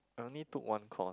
I only took one course